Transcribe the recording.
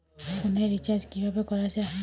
ফোনের রিচার্জ কিভাবে করা যায়?